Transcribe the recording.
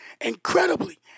Incredibly